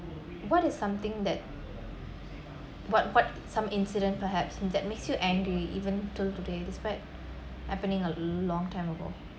what is something that what what some incident perhaps that makes you angry even till today despite happening a long time ago